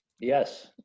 Yes